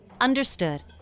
Understood